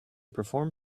perform